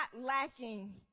lacking